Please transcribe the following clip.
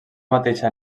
mateixa